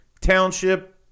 township